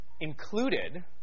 included